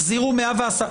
זה חירום.